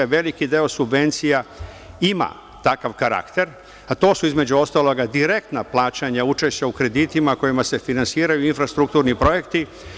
Veliki deo subvencija ima takav karakter, a to su između ostalog direktna plaćanja učešća u kreditima, kojima se finansiraju infrastrukturni projekti.